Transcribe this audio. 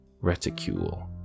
reticule